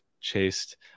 chased